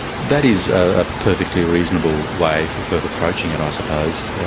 that is a perfectly reasonable way for firth approaching it, i suppose.